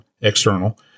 external